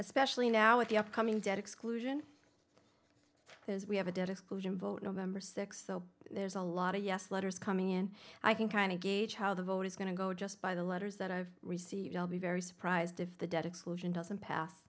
especially now with the upcoming debt exclusion because we have a debt exclusion vote november sixth so there's a lot of yes letters coming in i can kind of gauge how the vote is going to go just by the letters that i've received i'll be very surprised if the debt exclusion doesn't pass